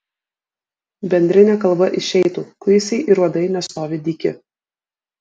bendrine kalba išeitų kuisiai ir uodai nestovi dyki